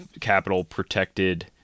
capital-protected